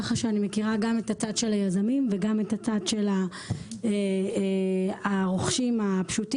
כך שאני מכירה גם את הצד של היזמים וגם את הצד של הרוכשים הפשוטים.